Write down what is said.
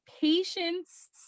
patience